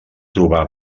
trobar